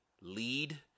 lead